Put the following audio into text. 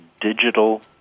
digital